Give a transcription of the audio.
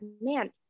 man